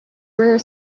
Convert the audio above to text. were